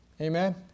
Amen